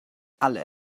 alle